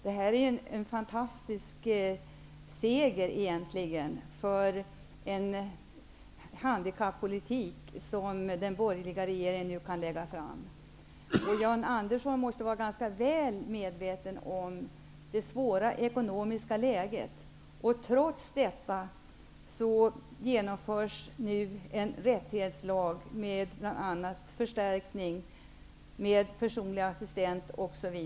Det är egentligen en fantastisk seger för den handikappolitik som den borgerliga regeringen nu kan presentera. Jan Andersson måste vara ganska så medveten om det svåra ekonomiska läget. Trots detta genomförs nu en rättighetslag, som bl.a. innebär rätt till personlig assistent.